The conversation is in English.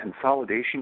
consolidation